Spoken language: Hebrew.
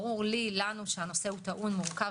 ברור לנו שהנושא מורכב,